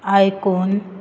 आयकून